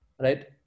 Right